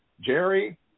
Jerry